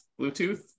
Bluetooth